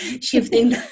shifting